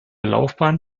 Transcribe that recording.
laufbahn